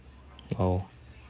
oh